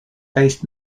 based